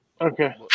Okay